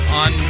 on